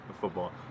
football